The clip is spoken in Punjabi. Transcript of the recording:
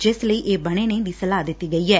ਜਿਸ ਲਈ ਇਹ ਬਣੇ ਨੇ ਦੀ ਸਲਾਹ ਦਿੱਡੀ ਗਈ ਐ